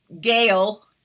Gail